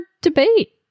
debate